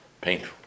Painful